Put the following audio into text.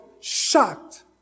shocked